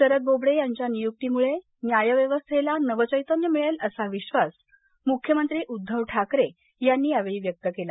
शरद बोबडे यांच्या नियुक्तीमुळे न्यायव्यवस्थेला नवचैत्यन्य मिळेल असा विश्वास मुख्यमंत्री उद्दव ठाकरे यांनी यावेळी व्यक्त केला